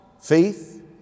Faith